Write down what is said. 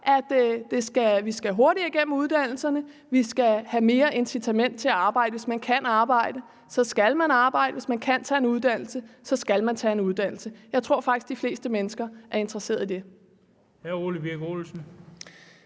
at man skal hurtigere igennem uddannelserne, og at man skal have mere incitament til at arbejde. Hvis man kan arbejde, så skal man arbejde, og hvis man kan tage en uddannelse, så skal man tage en uddannelse. Jeg tror faktisk, de fleste mennesker er interesseret i det.